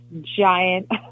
giant